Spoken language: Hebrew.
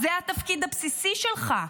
זה התפקיד הבסיסי שלך.